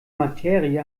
materie